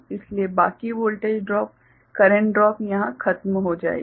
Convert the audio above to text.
इसलिए बाकी voltage drop current drop यहां खत्म हो जाएगी